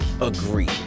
agree